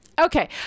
Okay